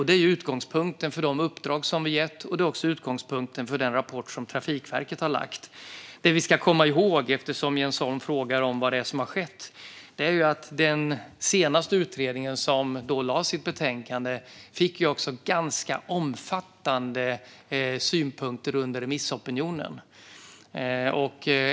Det är utgångspunkten för de uppdrag som vi gett, och det är också utgångspunkten för den rapport som Trafikverket har lagt fram. Det vi ska komma ihåg, eftersom Jens Holm frågar om vad det är som har skett, är att den senaste utredningen som lade sitt betänkande också fick ganska omfattande synpunkter under remissopinionen.